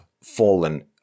fallen